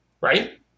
Right